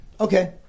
Okay